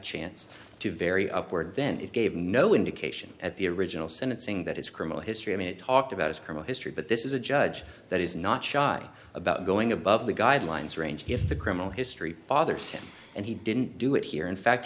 chance to vary upward then it gave no indication at the original sentencing that his criminal history i mean it talked about as per my history but this is a judge that is not shy about going above the guidelines range if the criminal history bothers him and he didn't do it here in fact